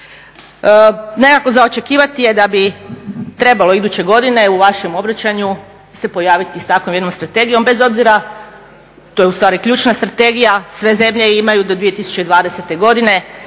Nekako za očekivati je da bi trebalo iduće godine u vašem obraćanju se pojaviti sa takvom jednom strategijom bez obzira, to je u stvari ključna strategija sve zemlje imaju do 2020. godine